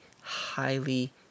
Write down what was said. highly